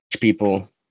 people